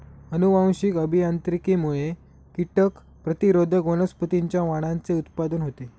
अनुवांशिक अभियांत्रिकीमुळे कीटक प्रतिरोधक वनस्पतींच्या वाणांचे उत्पादन होते